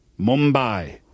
Mumbai